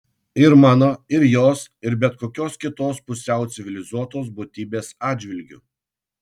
ir mano ir jos ir bet kokios kitos pusiau civilizuotos būtybės atžvilgiu